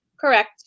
Correct